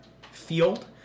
field